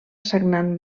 sagnant